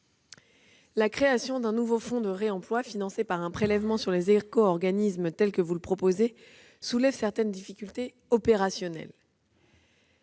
La création d'un nouveau fonds de réemploi financé par un prélèvement sur les éco-organismes tel que vous le proposez soulève certaines difficultés opérationnelles.